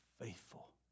faithful